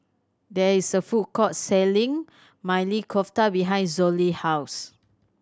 there is a food court selling Maili Kofta behind Zollie house